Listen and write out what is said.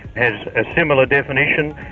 and a similar definition.